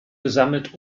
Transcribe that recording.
gesammelt